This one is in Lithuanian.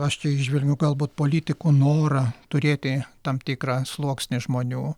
aš čia įžvelgiu galbūt politikų norą turėti tam tikrą sluoksnį žmonių